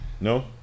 No